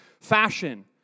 fashion